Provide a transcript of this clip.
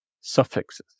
suffixes